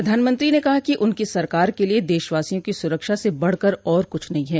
प्रधानमंत्री ने कहा कि उनकी सरकार के लिए देशवासियों की सुरक्षा से बढकर और कुछ नहीं है